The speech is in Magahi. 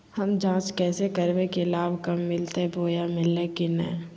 हम जांच कैसे करबे की लाभ कब मिलते बोया मिल्ले की न?